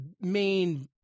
main